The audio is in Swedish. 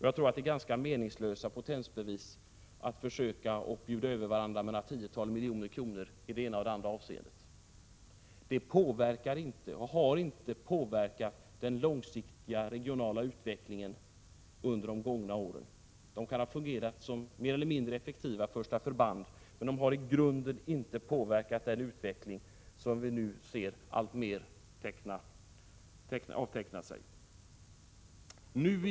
Jag tror att det innebär ganska meningslösa potensbevis att försöka bjuda över varandra med några tiotal miljoner kronor i det ena eller det andra avseendet. Det har inte påverkat den långsiktiga regionala utvecklingen under de gångna åren. Sådana åtgärder kan ha fungerat som mer eller mindre effektiva första förband, men de har i grunden inte påverkat den utveckling som vi nu ser avteckna sig alltmer.